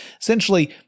Essentially